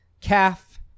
calf